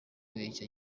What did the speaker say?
icyo